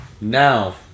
Now